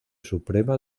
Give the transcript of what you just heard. suprema